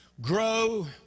grow